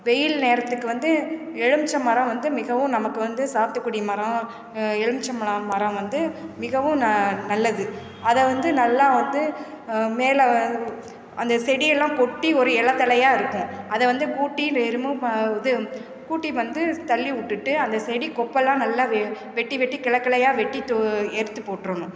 வெயில் நேரத்துக்கு வந்து எழுமிச்சை மரம் வந்து மிகவும் நமக்கு வந்து சாத்துக்குடி மரம் எழுமிச்சம் பலம் மரம் வந்து மிகவும் ந நல்லது அதை வந்து நல்லா வந்து மேலே அந்த செடியெல்லாம் கொட்டி ஒரு இல தழையா இருக்கும் அதை வந்து கூட்டி ரு ரிமூவ் ப இது கூட்டி வந்து தள்ளி விட்டுட்டு அந்த செடி கொப்பெல்லாம் நல்லா வெ வெட்டி வெட்டி கிள கிளையா வெட்டிட்டு எடுத்துப் போட்டிருணும்